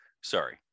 Sorry